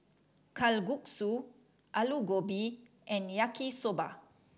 Kalguksu Alu Gobi and Yaki Soba